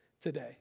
today